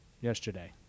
yesterday